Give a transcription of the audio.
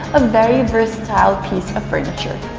a very versatile piece of furniture.